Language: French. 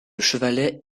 chevalet